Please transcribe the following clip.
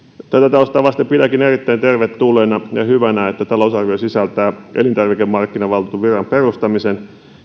taustaa vasten pidänkin erittäin tervetulleena ja hyvänä että talousarvio sisältää elintarvikemarkkinavaltuutetun viran perustamisen